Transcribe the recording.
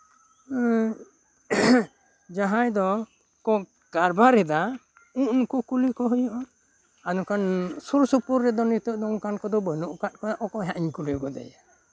ᱡᱟᱦᱟᱸᱭ ᱫᱚ ᱠᱚ ᱠᱟᱨᱵᱟᱨ ᱮᱫᱟ ᱩᱱ ᱩᱱᱠᱩ ᱠᱩᱞᱤ ᱠᱚ ᱦᱩᱭᱩᱜᱼᱟ ᱟᱨ ᱡᱚᱠᱷᱚᱱ ᱥᱩᱨ ᱥᱩᱯᱩᱨ ᱨᱮᱫᱚ ᱱᱤᱛᱚᱜ ᱫᱚ ᱚᱱᱠᱟᱱ ᱠᱚᱫᱚ ᱵᱟᱹᱱᱩᱜ ᱠᱟᱜ ᱠᱚᱣᱟ ᱚᱠᱚᱭ ᱦᱟᱸᱜ ᱤᱧ ᱠᱩᱞᱤ ᱜᱚᱫᱮᱭᱟ